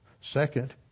Second